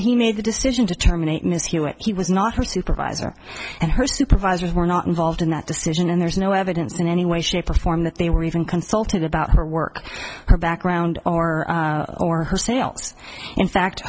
he made the decision to terminate ms hewitt he was not her supervisor and her supervisors were not involved in that decision and there's no evidence in any way shape or form that they were even consulted about her work her background or or her sales in fact